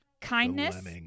Kindness